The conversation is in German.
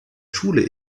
schule